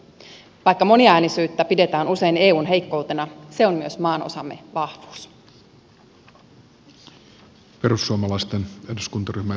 vaikka moniäänisyyttä pidetään usein eun heikkoutena se on myös maanosamme vahvuus